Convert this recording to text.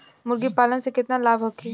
मुर्गीपालन से केतना लाभ होखे?